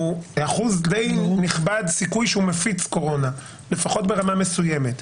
ואחוז די נכבד הסיכוי שהוא מפיץ קורונה לפחות ברמה מסוימת,